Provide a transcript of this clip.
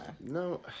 No